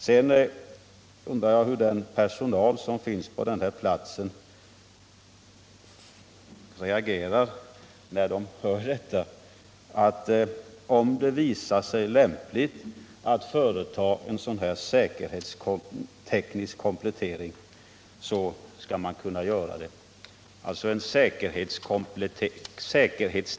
Jag undrar hur personalen skall reagera när den får höra att man, om det visar sig lämpligt, skall företa en säkerhetsteknisk komplettering som innebär att man drar in personal!